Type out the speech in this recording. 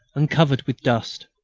and covered with dust.